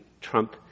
Trump